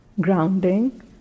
grounding